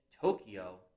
Tokyo